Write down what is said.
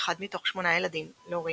ליאון